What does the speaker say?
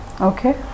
Okay